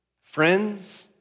friends